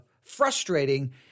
frustrating